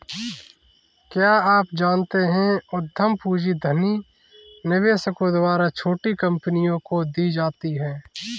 क्या आप जानते है उद्यम पूंजी धनी निवेशकों द्वारा छोटी कंपनियों को दी जाती है?